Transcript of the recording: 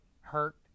hurt